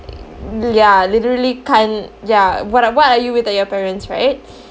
ya literally can't yeah what are what are you without your parents right